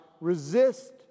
Resist